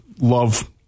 Love